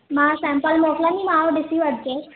मां सैंपल मोकिलींदीमांव ॾिसी वठिजे